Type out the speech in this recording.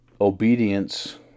Obedience